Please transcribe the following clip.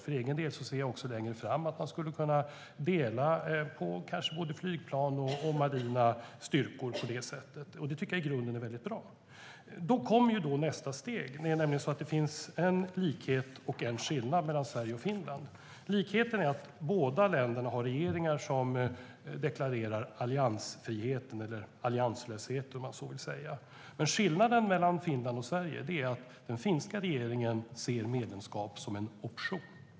För egen del ser jag också längre fram att man kanske skulle kunna dela på både flygplan och marina styrkor på det sättet. Det tycker jag i grunden är bra. Då kommer nästa steg. Det finns nämligen en likhet och en skillnad mellan Sverige och Finland. Likheten är att båda länderna har regeringar som deklarerar alliansfriheten eller allianslösheten, om man så vill säga. Skillnaden mellan Finland och Sverige är att den finska regeringen ser medlemskap som en option.